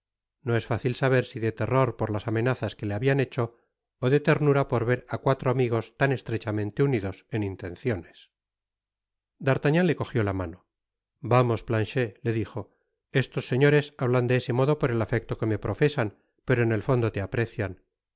no es fácil saber si de terror por las amenazas que le habian hecho ó de ternura por ver á cuatro amigos tan estrechamente unidos en intenciones d'artagnan le cogió la mano vamos planchet le dijo estos señores hablan de ese modo por el afecto que me profesan pero en et fondo te aprecian